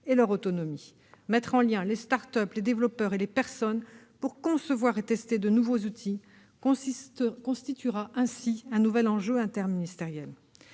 et leur autonomie. Mettre en lien les start-up, les développeurs et les personnes pour concevoir et tester de nouveaux outils constituera ainsi un nouvel enjeu interministériel.